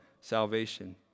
salvation